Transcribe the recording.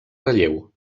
relleu